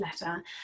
letter